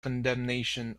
condemnation